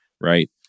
right